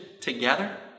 together